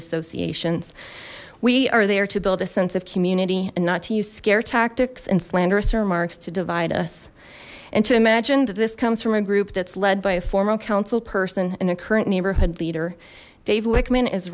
associations we are there to build a sense of community and not to use scare tactics and slanderous remarks to divide us and to imagine that this comes from a group that's led by a formal council person in a current neighborhood leader